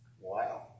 Wow